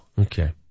Okay